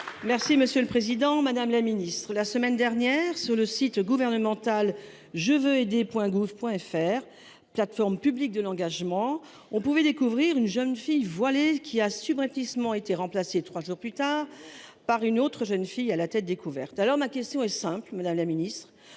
Merci, monsieur le Président Madame la Ministre la semaine dernière sur le site gouvernemental, je veux aider Point gouv Point FR plateforme publique de l'engagement, on pouvait découvrir une jeune fille voilée qui a subrepticement été remplacé 3 jours plus tard par une autre jeune fille à la tête. Découverte. Alors ma question est simple, Madame la Ministre